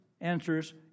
answers